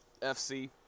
fc